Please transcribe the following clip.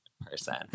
person